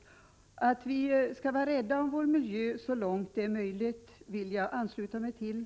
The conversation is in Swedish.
Uppfattningen att vi skall vara rädda om vår miljö så långt det är möjligt vill jag ansluta mig till,